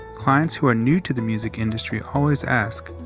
clients who are new to the music industry always ask,